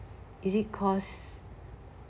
it is cause